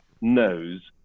knows